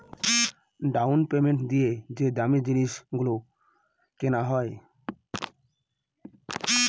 down payment দিয়ে যে দামী জিনিস গুলো কেনা হয়